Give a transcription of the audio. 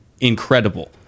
incredible